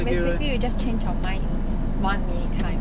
basically we just changed our mind in one minute time